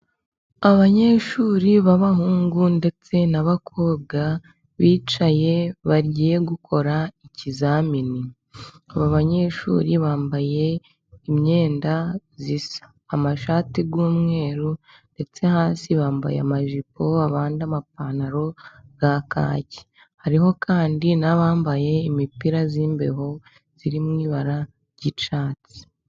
Abanyeshuri b'abahungu ndetse n'abakobwa bicaye bagiye gukora ikizamini .Aba banyeshuri bambaye imyenda isa :amashati y'umweru ndetse hasi bambaye amajipo, abandi, amapantaro ya kaki ,hariho kandi n'abambaye imipira y'imbeho irimo ibara ry'icyatsi.